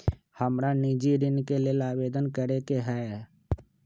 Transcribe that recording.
हमरा निजी ऋण के लेल आवेदन करै के हए